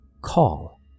Call